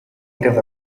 native